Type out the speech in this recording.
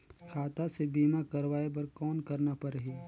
खाता से बीमा करवाय बर कौन करना परही?